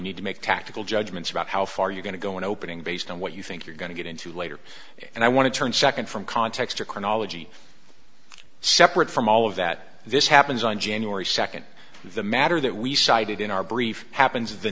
need to make tactical judgments about how far you're going to go in opening based on what you think you're going to get into later and i want to turn second from context to chronology separate from all of that this happens on january second the matter that we cited in our brief happens the